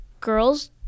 girls